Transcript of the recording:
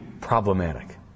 problematic